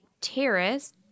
Terrace